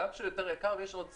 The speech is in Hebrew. בגלל שהוא יותר יקר ויש עוד סיבה.